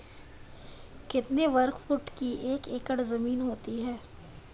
कितने वर्ग फुट की एक एकड़ ज़मीन होती है?